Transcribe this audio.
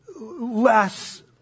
less